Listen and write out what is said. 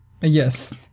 Yes